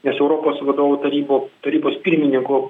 nes europos vadovų tarybų tarybos pirmininko